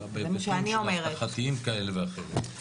אלא בהיבטים אבטחתיים כאלה ואחרים,